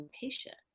patient